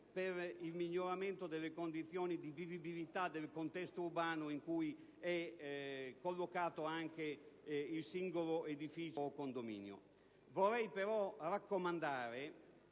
per il miglioramento delle condizioni di vivibilità del contesto urbano in cui è collocato anche il singolo edificio o condominio. Vorrei però raccomandare